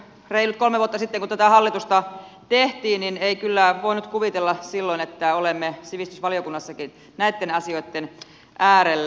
reilut kolme vuotta sitten kun tätä hallitusta tehtiin ei kyllä voinut kuvitella että olemme sivistysvaliokunnassakin näitten asioitten äärellä